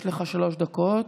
יש לך שלוש דקות,